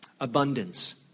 abundance